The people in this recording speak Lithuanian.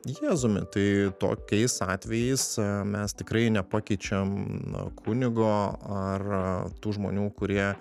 jėzumi tai tokiais atvejais mes tikrai nepakeičiam kunigo ar tų žmonių kurie